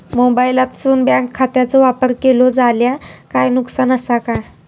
मोबाईलातसून बँक खात्याचो वापर केलो जाल्या काय नुकसान असा काय?